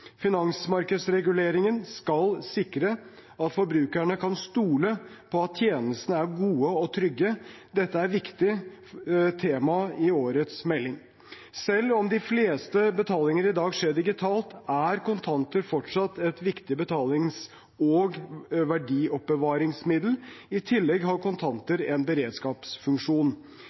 Finansmarkedsreguleringen skal sikre at forbrukerne kan stole på at tjenestene er gode og trygge. Dette er et viktig tema i årets melding. Selv om de fleste betalinger i dag skjer digitalt, er kontanter fortsatt et viktig betalings- og verdioppbevaringsmiddel. I tillegg har kontanter en beredskapsfunksjon.